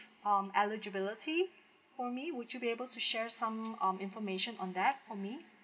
um eligibility for me would you be able to share some um information on that for me